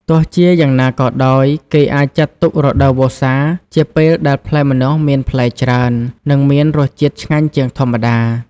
ទោះជាយ៉ាងណាក៏ដោយ គេអាចចាត់ទុក រដូវវស្សា ជាពេលដែលផ្លែម្នាស់មានផ្លែច្រើន និងមានរសជាតិឆ្ងាញ់ជាងធម្មតា។